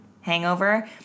hangover